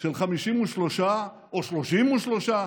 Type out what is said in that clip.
של 53, או 33,